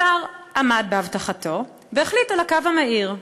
השר עמד בהבטחתו והחליט על הקו המהיר.